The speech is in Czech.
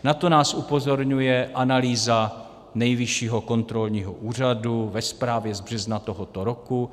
Na to nás upozorňuje analýza Nejvyššího kontrolního úřadu ve zprávě z března tohoto roku.